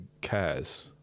cares